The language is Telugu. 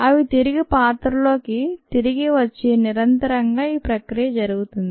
అవి తిరిగి పాత్రలోకి తిరిగి వచ్చి నిరంతరంగా ఈ ప్రక్రియ జరుగుతుంది